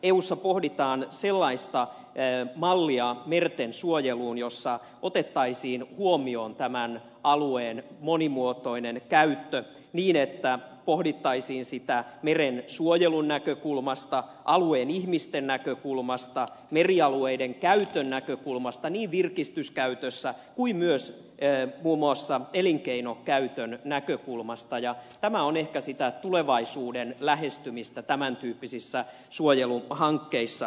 eussa pohditaan sellaista mallia merten suojeluun jossa otettaisiin huomioon tämän alueen monimuotoinen käyttö niin että pohdittaisiin sitä meren suojelun näkökulmasta alueen ihmisten näkökulmasta merialueiden käytön näkökulmasta niin virkistyskäytössä kuin myös muun muassa elinkeinokäytön näkökulmasta ja tämä on ehkä sitä tulevaisuuden lähestymistä tämän tyyppisissä suojeluhankkeissa